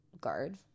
guard